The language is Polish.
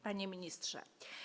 Panie Ministrze!